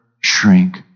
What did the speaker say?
shrink